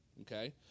okay